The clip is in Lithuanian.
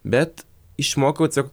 bet išmokau tiesiog